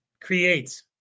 creates